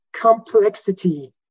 complexity